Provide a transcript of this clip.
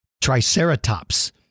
Triceratops